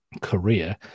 career